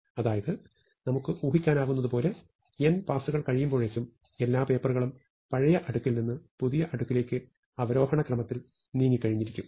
അതായത് നമുക്ക് ഊഹിക്കാനാകുന്നതുപോലെ n പാസ്സുകൾക്കു കഴിയുമ്പോഴേക്കും എല്ലാ പേപ്പറുകളും പഴയ അടുക്കിൽ നിന്ന് പുതിയ അടുക്കിലേക്ക് അവരോഹണ ക്രമത്തിൽ നീങ്ങിക്കഴിഞ്ഞിരിക്കും